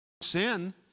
Sin